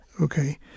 Okay